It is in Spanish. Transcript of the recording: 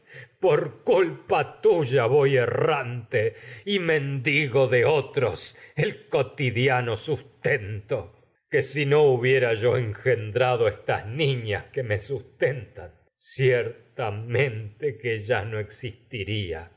por culpa errante y mendigo de otros el no cotidiano sus a que si hubiera yo engendrado estas niñas que tu me sustentan ciertamente que ya no me existiría